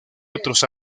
otros